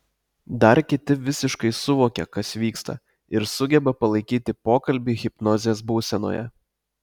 dar kiti visiškai suvokia kas vyksta ir sugeba palaikyti pokalbį hipnozės būsenoje